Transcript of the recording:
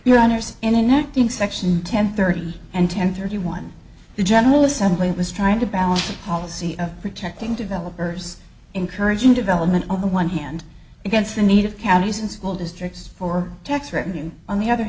your honour's in an acting section temp thirty and ten thirty one general assembly was trying to balance a policy of protecting developers encouraging development on the one hand against the need of counties and school districts for tax revenue on the other